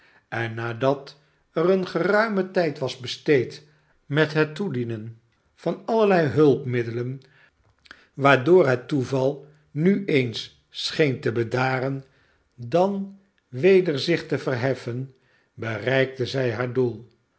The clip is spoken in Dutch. en nadat er een geruime tijd was besteed met het toedienen van allerlei hulpmiddelen waardoor het toeval nu eens scheen te bedaren dan weder zich te verheffen bereikte zij haar doel